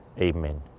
Amen